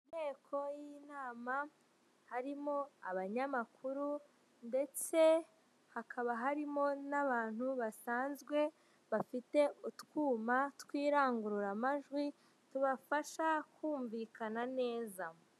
Mu nteko y'inama, harimo abanyamakuru ndetse hakaba harimo n'abantu basanzwe bafite utwuma tw'irangururamajwi tubafasha kumvikana neza.